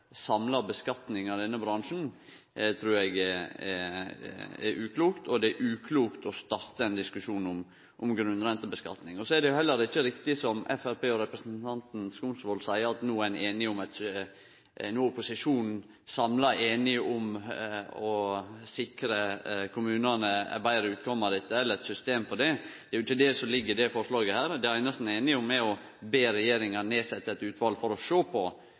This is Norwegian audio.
samla skattlegging av denne bransjen trur eg er uklokt, og det er uklokt å starte ein diskusjon om grunnrenteskattlegging. Så er det heller ikkje riktig som Framstegspartiet og representanten Skumsvoll seier at no er opposisjonen samla einig om å sikre kommunane eit betre utkome, og eit system for det. Det er ikkje det som ligg i det forslaget her. Det einaste ein er einig om, er å be regjeringa setje ned eit utval for å sjå på